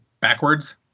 backwards